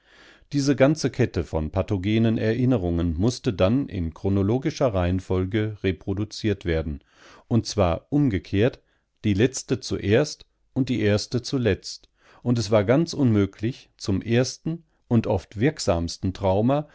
diese ganze kette von pathogenen erinnerungen mußte dann in chronologischer reihenfolge reproduziert werden und zwar umgekehrt die letzte zuerst und die erste zuletzt und es war ganz unmöglich zum ersten und oft wirksamsten trauma